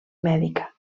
mèdica